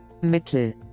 Mittel